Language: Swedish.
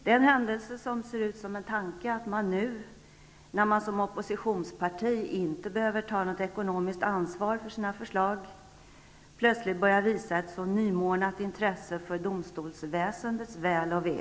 Det är en händelse som ser ut som en tanke att de nu, när de befinner sig i opposition och inte behöver ta något ekonomiskt ansvar för sina förslag, plötsligt börjar visa ett så nymornat intresse för domstolsväsendets väl och ve.